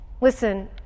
listen